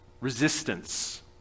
Resistance